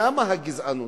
שם הגזענות.